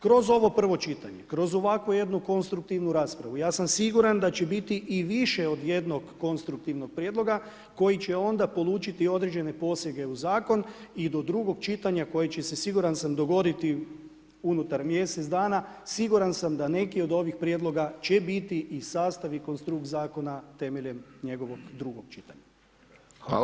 Kroz ovo prvo čitanje, kroz ovakvu jednu konstruktivnu raspravu, ja sam siguran da će biti i više od jednog konstruktivnog prijedloga, koji će onda polučiti određene posege u zakon i do drugog čitanja, koji će se siguran sam, dogoditi unutar mjesec dana, siguran sam da neki od ovih prijedloga će biti i sastava i konstrukt zakona temeljem njegovog drugog čitanja.